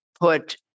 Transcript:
put